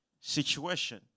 situation